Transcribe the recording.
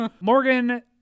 Morgan